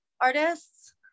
artists